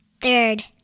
Third